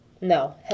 No